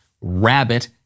rabbit